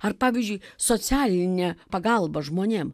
ar pavyzdžiui socialinė pagalba žmonėm